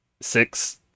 six